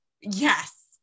Yes